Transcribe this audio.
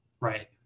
Right